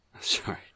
Sorry